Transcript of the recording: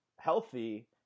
healthy